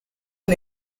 are